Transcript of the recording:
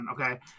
Okay